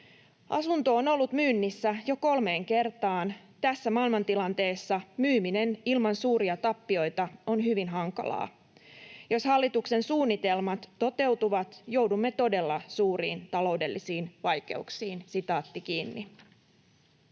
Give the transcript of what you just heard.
Asunto on ollut myynnissä jo kolmeen kertaan. Tässä maailmantilanteessa myyminen ilman suuria tappioita on hyvin hankalaa. Jos hallituksen suunnitelmat toteutuvat, joudumme todella suuriin taloudellisiin vaikeuksiin.” ”Itse opiskelijana